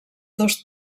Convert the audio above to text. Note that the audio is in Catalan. dos